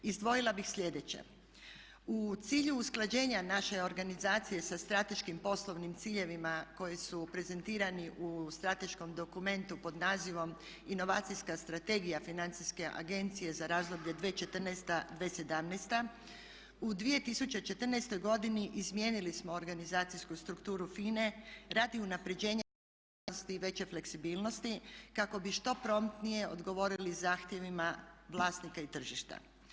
Izdvojila bih sljedeće, u cilju usklađenja naše organizacije sa strateškim poslovnim ciljevima koji su prezentirani u strateškom dokumentu pod nazivom "Inovacijska strategija Financijske agencije za razdoblje 2014.-2017." u 2014. godini izmijenili smo organizacijsku strukturu FINA-e radi unapređenja efikasnosti i veće fleksibilnosti kako bi što promptnije odgovorili zahtjevima vlasnika i tržišta.